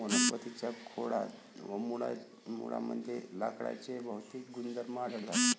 वनस्पतीं च्या खोडात व मुळांमध्ये लाकडाचे भौतिक गुणधर्म आढळतात